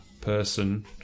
person